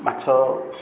ମାଛ